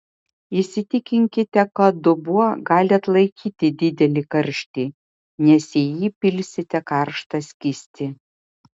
įsitikinkite kad dubuo gali atlaikyti didelį karštį nes į jį pilsite karštą skystį